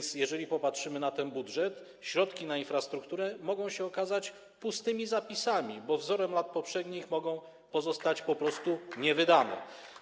A zatem jeżeli popatrzymy na ten budżet, środki na infrastrukturę mogą się okazać pustymi zapisami, bo wzorem lat poprzednich mogą pozostać po prostu niewydane.